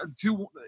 two